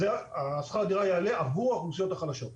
שכר הדירה לאוכלוסיות החדשות יעלה.